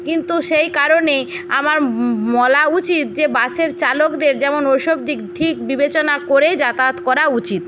কিন্তু সেই কারণে আমার বলা উচিত যে বাসের চালকদের যেমন ওসব দিক ঠিক বিবেচনা করেই যাতায়াত করা উচিত